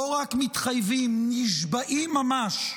לא רק מתחייבים, נשבעים ממש,